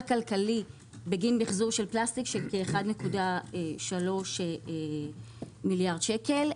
כלכלי בגין מחזור של פלסטיק של כ-1.3 מיליארד שקל.